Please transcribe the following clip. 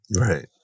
Right